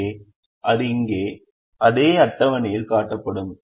எனவே அது இங்கே அதே அட்டவணையில் காட்டப்படும்